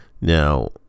Now